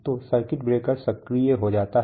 तो circuit breaker सक्रिय हो जाता है